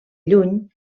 lluny